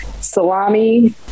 salami